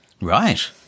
Right